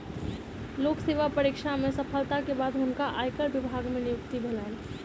लोक सेवा परीक्षा में सफलता के बाद हुनका आयकर विभाग मे नियुक्ति भेलैन